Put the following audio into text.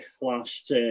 last